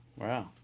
Wow